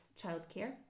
childcare